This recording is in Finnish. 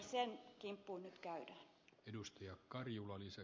sen kimppuun nyt käydään